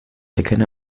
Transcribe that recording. erkenne